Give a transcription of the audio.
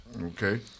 Okay